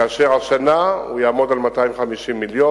כאשר השנה הוא יעמוד על 250 מיליון,